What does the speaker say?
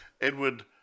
Edward